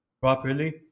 properly